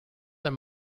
that